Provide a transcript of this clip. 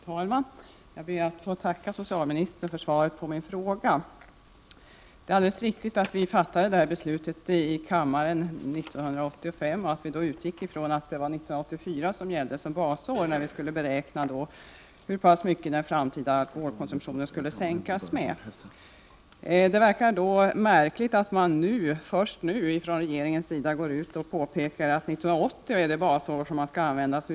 Fru talman! Jag ber att få tacka socialministern för svaret på min fråga. Det är riktigt att riksdagen fattade det här beslutet 1985 och att vi då utgick ifrån att 1984 gällde som basår för beräkningen av hur mycket den framtida alkoholkonsumtionen skulle sänkas. Det förefaller då märkligt att man först nu från regeringens sida påpekar att 1980 är det basår som man skall utgå ifrån.